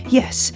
yes